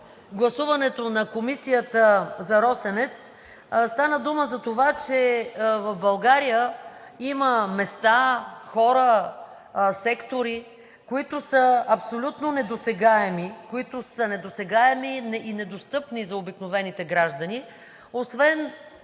гласуването на Комисията за „Росенец“ стана дума за това, че в България има места, хора, сектори, които са абсолютно недосегаеми, които са недосегаеми и недостъпни за обикновените граждани. Освен